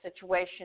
situation